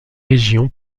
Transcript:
région